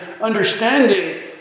understanding